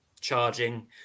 charging